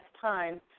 time